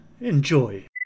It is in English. Enjoy